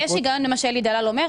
יש היגיון במה שאלי דלל אומר,